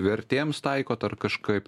vertėms taikot ar kažkaip